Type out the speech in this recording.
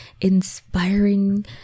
inspiring